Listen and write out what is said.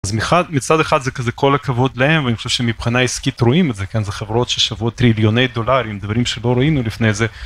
אז מחד..מצד אחד זה כזה כל הכבוד להם, ואני חושב שמבחינה עסקית רואים את זה, כן, זה חברות ששווה טריליוני דולרים, דברים שלא ראינו לפני זה.